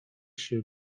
się